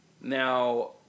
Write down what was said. Now